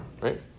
right